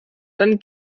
dann